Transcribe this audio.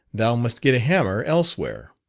thou must get a hammer elsewhere.